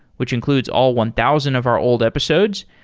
which includes all one thousand of our old episodes,